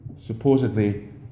supposedly